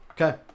Okay